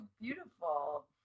beautiful